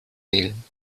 wählen